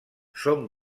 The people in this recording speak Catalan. són